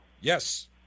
Yes